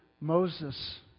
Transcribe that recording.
Moses